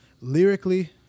lyrically